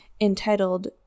entitled